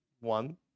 one